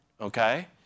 Okay